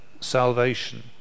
salvation